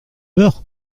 heures